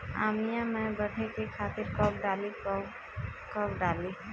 आमिया मैं बढ़े के खातिर का डाली कब कब डाली?